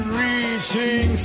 reaching